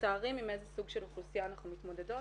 שני הנושאים האלה אמורים להגיע בהחלטות ממשלה ואנחנו כאן בינתיים,